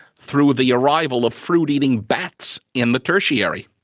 through the arrival of fruit eating bats in the tertiary.